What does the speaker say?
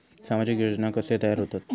सामाजिक योजना कसे तयार होतत?